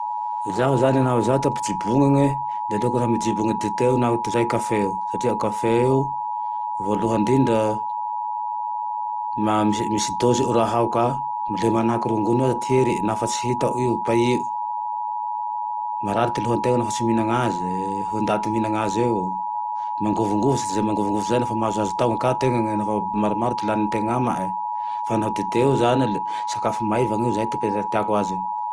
Zaho zane laha iaho ty ampijobognegne, aleoko mijibogne dite io toy zay kafe, satria kafe eo voalohan'indrindra ma- misy dozie raha ao ka la magnahake rongony io aza ty herie naho fa tsy hitao io paieo, marare ty lohantegna naho fa tsy mihinagne aze, ndaty mihinagne aze eo, mangovongovotse ze mangovongovotso zay naho fa mahazoazo taogne tenagne naho fa maromaro ty lanintegna amae, fa naho dite eo zane sakafo maivagne izay ty teako aze.